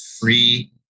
Free